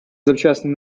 завчасно